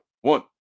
One